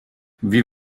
wie